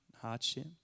hardship